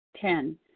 Ten